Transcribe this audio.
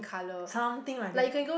something like that